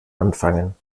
anfangen